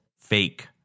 fake